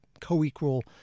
co-equal